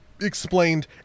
explained